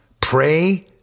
pray